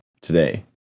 today